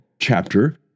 chapter